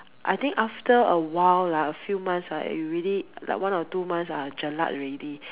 I think after a while ah few months ah you really like one or two months I'll jelak already